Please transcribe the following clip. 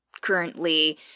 currently